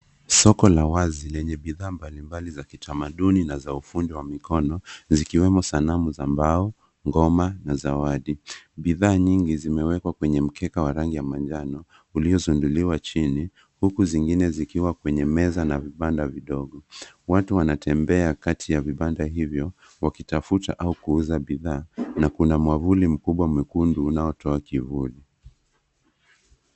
Soko la wazi lenye bidhaa mbalimbali za kitamaduni na za ufundi wa mikono zikiwemo sanamu za mbao, ngoma na zawadi. Bidhaa nyingi zimewekwa kwenye mkeka wa rangi ya manjano uliosunduliwa chini huku zingine zikiwa kwenye meza na vibanda vidogo. Watu wanatembea kati ya vibanda hivyo wakitafuta au kuuza bidhaa na kuna mwavuli mkubwa mwekundu unaotoa kivuli.